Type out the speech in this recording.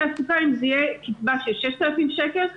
עסוקה אם זה יהיה קצבה של 6,000 שקלים או,